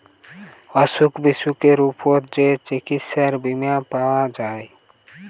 অসুখ বিসুখের উপর যে চিকিৎসার বীমা পাওয়া যায়